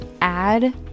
add